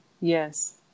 Yes